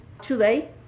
Today